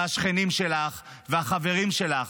השכנים שלך והחברים שלך.